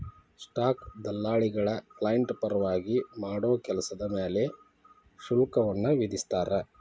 stock ದಲ್ಲಾಳಿಗಳ client ಪರವಾಗಿ ಮಾಡೋ ಕೆಲ್ಸದ್ ಮ್ಯಾಲೆ ಶುಲ್ಕವನ್ನ ವಿಧಿಸ್ತಾರ